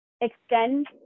extend